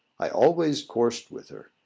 i always coursed with her.